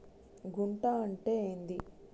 గుంట అంటే ఏంది?